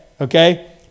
Okay